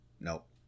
nope